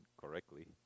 correctly